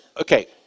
okay